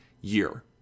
year